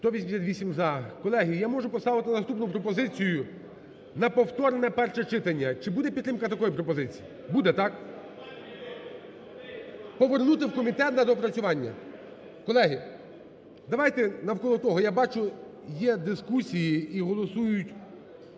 За-188 Колеги, я можу поставити наступну пропозицію на повторне перше читання, чи буде підтримка такої пропозиції? Буде, так? Повернути в комітет на доопрацювання. Колеги, давайте навколо того, я бачу, є дискусії і голосують…